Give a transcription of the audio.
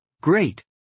Great